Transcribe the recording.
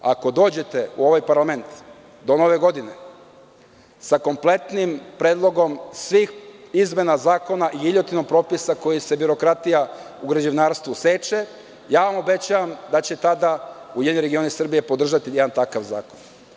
Ako dođete u ovaj parlament do nove godine, sa kompletnim predlogom svih izmena zakona i propisa kojima se birokratija u građevinarstvu seče, ja vam obećavam da će tada URS podržati jedan takav zakon.